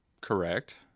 Correct